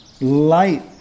light